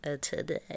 today